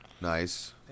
nice